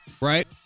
right